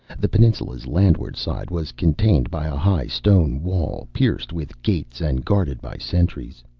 the peninsula's landward side was contained by a high stone wall, pierced with gates and guarded by sentries.